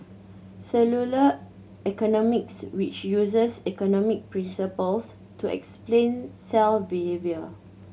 cellular economics which uses economic principles to explain cell behaviour